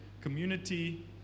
community